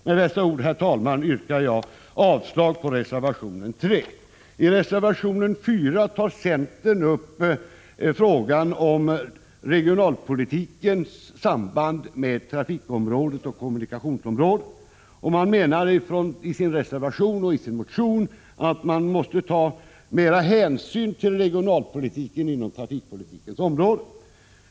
Med dessa ord yrkar jag bifall till utskottets hemställan under 3, vilket innebär avslag på reservation 3. I reservation 4 tar centern upp frågan om regionalpolitikens samband med trafikoch kommunikationsområdet. Reservanter och motionärer menar att man måste ta mera hänsyn till regionalpolitiken inom trafikpolitikens område.